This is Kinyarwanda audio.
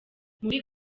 muri